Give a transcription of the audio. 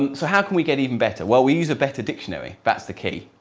and so how can we get even better? well, we use a better dictionary. that's the key.